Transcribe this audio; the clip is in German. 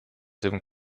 dem